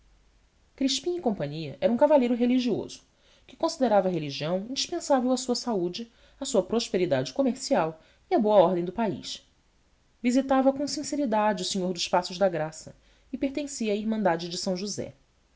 crispim cia era um cavalheiro religioso que considerava a religião indispensável à sua saúde à sua prosperidade comercial e à boa ordem do país visitava com sinceridade o senhor dos passos da graça e pertencia à irmandade de são josé